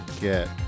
get